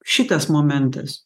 šitas momentas